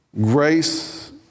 Grace